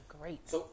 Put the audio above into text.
great